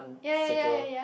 ya ya ya ya ya